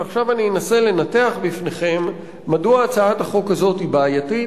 ועכשיו אנסה לנתח בפניכם מדוע הצעת החוק הזאת היא בעייתית,